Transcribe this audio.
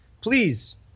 please